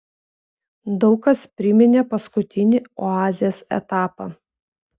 daug kas priminė paskutinį oazės etapą